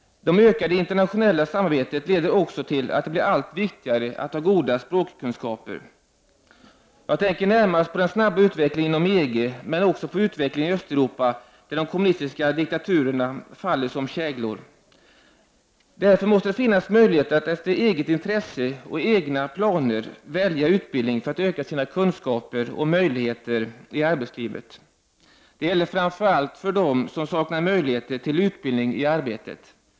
Det ökade internationella samarbetet leder också till att det blir allt viktigare att ha goda språkkunskaper. Jag tänker närmast på den snabba utvecklingen inom EG, men också på utvecklingen i Östeuropa där de kommunistiska diktaturerna faller som käglor. Därför måste det finnas möjligheter att efter eget intresse och egna planer välja utbildning för att öka sina kunskaper och möjligheter i arbetslivet. Det gäller framför allt för dem som saknar möjligheter till utbildning i arbetet.